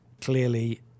clearly